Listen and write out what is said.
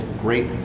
great